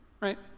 Right